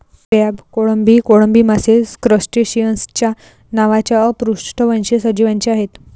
crab, कोळंबी, कोळंबी मासे क्रस्टेसिअन्स नावाच्या अपृष्ठवंशी सजीवांचे आहेत